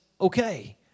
okay